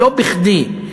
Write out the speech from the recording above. לא בכדי,